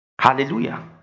Hallelujah